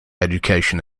education